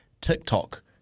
TikTok